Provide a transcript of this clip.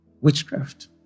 witchcraft